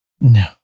No